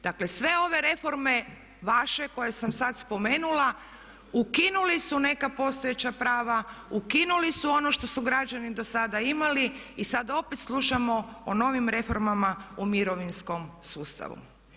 Dakle sve ove reforme vaše koje sam sada spomenula ukinuli su neka postojeća prava, ukinuli su ono što su građani do sada imali i sada opet slušamo o novim reformama u mirovinskom sustavu.